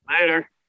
Later